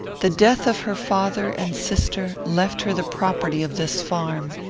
the death of her father and sister left her the property of this farm.